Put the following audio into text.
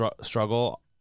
struggle